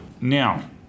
now